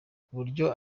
kuburyo